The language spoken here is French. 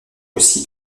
aussi